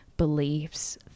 Beliefs